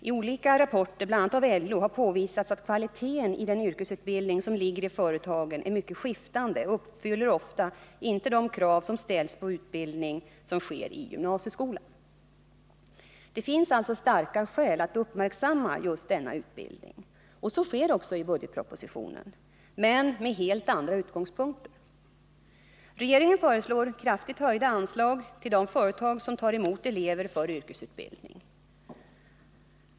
I olika rapporter, bl.a. av LO, har påvisats att kvaliteten på den yrkesutbildning som ligger i företagen är mycket skiftande och ofta inte uppfyller de krav som uppställts på den utbildning som sker i gymnasieskolan. Det finns alltså starka skäl att uppmärksamma denna utbildning. Så sker också i budgetpropositionen, men med helt andra utgångspunkter. Regeringen föreslår kraftigt höjda anslag till de företag som tar emot elever för yrkesutbildning.